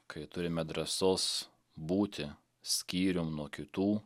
kai turime drąsos būti skyrium nuo kitų